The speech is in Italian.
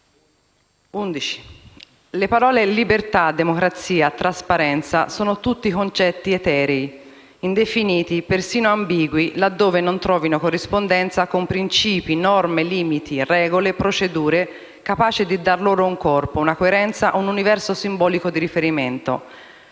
le parole «libertà», «democrazia» e «trasparenza» sono tutti concetti eterei, indefiniti, persino ambigui, laddove non trovino corrispondenza con principi, norme, limiti, regole e procedure capaci di dar loro un corpo, una coerenza, un universo simbolico di riferimento.